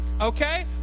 okay